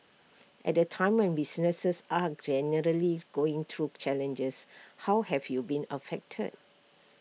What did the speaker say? at A time when businesses are generally going through challenges how have you been affected